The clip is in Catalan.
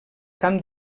camp